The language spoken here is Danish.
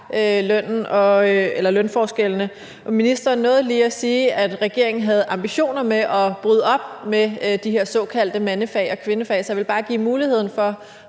lønforskellene, og ministeren nåede lige at sige, at regeringen havde ambitioner om at bryde op i forhold til de her såkaldte mandefag og kvindefag, så jeg vil bare give muligheden for